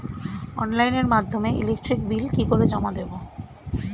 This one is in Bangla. অনলাইনের মাধ্যমে ইলেকট্রিক বিল কি করে জমা দেবো?